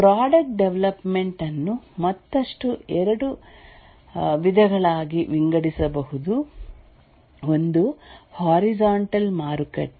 product development ಅನ್ನು ಮತ್ತಷ್ಟು ಎರಡು ವಿಧಗಳಾಗಿ ವಿಂಗಡಿಸಬಹುದು ಒಂದು ಹಾರಿಜಾಂಟಲ್ ಮಾರುಕಟ್ಟೆ